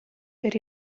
per